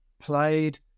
played